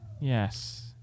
Yes